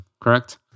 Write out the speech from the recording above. correct